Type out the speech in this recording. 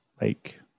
like-